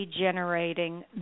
generating